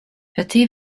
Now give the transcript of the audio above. petit